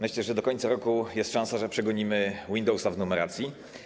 Myślę, że do końca roku jest szansa, że przegonimy Windowsa w numeracji.